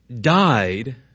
died